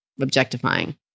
objectifying